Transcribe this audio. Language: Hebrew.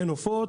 אין עופות,